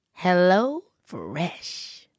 HelloFresh